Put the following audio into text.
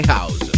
House